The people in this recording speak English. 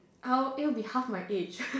how it will be half my age